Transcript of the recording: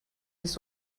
nicht